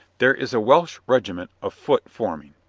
there is a welsh regiment of foot forming.